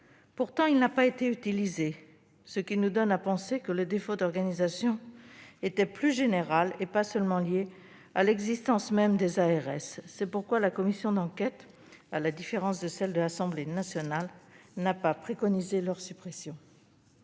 Pourtant, il n'a pas été utilisé, ce qui nous donne à penser que le défaut d'organisation était plus général et pas seulement lié à l'existence même des ARS. C'est pourquoi la commission d'enquête du Sénat, à la différence de celle de l'Assemblée nationale, n'a pas préconisé leur suppression.